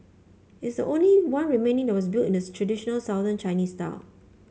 it's the only one remaining that was built in the traditional Southern Chinese style